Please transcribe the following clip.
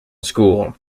school